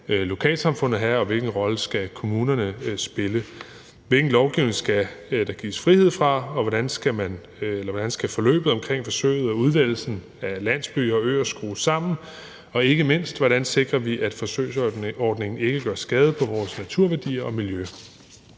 lokalsamfundet have? Og hvilken rolle skal kommunerne spille? Hvilken lovgivning skal der gives frihed fra? Hvordan skal forløbet omkring forsøget og udvælgelsen af landsbyer og øer skrues sammen? Og ikke mindst: Hvordan sikrer vi, at forsøgsordningen ikke gør skade på vores naturværdier og miljø?